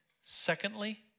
secondly